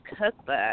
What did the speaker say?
cookbook